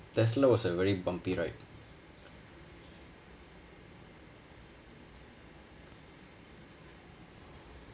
tesla was a very bumpy ride